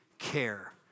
Care